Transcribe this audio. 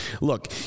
look